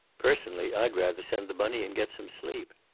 personally, i'd rather send the money and get some sleep.